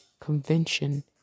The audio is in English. convention